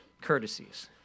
courtesies